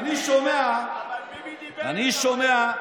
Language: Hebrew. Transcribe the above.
אני שומע,